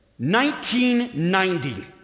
1990